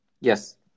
Yes